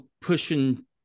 pushing